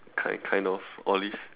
kind kind of olive